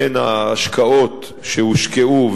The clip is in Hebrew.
בין ההשקעות שהושקעו,